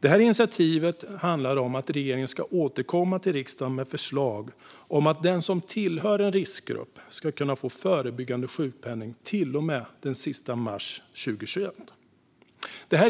Detta initiativ handlar om att regeringen ska återkomma till riksdagen med förslag om att den som tillhör en riskgrupp ska kunna få förebyggande sjukpenning till och med den 31 mars 2021.